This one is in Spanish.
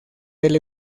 del